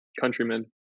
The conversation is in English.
countrymen